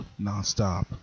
nonstop